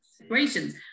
situations